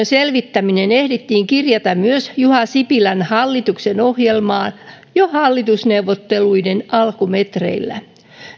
selvittäminen ehdittiin kirjata juha sipilän hallituksen ohjelmaan jo hallitusneuvotteluiden alkumetreillä